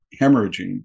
hemorrhaging